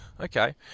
Okay